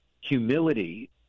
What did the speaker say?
humility